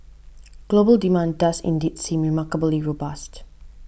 global demand does indeed seem remarkably robust